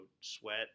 sweat